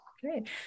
Great